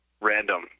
Random